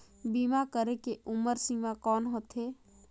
बीमा करे के उम्र सीमा कौन होथे?